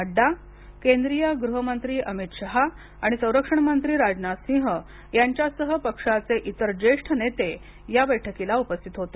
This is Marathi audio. नड्डा केंद्रीय गृहमंत्री अमित शहा आणि संरक्षण मंत्री राजनाथ सिंह यांच्यासह पक्षाचे इतर ज्येष्ठ नेते या बैठकीला उपस्थित होते